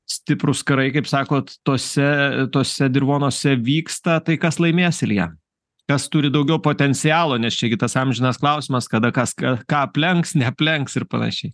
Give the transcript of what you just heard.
stiprūs karai kaip sakot tose tuose dirvonuose vyksta tai kas laimės ilja kas turi daugiau potencialo nes čia gi tas amžinas klausimas kada kas ką aplenks neaplenks ir panašiai